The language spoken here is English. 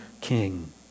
king